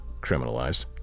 criminalized